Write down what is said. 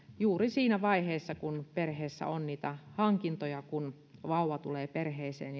juuri siinä vaiheessa kun perheessä on niitä hankintoja kun vauva tulee perheeseen